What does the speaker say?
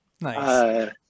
Nice